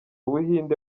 buhinde